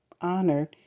honored